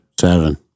Seven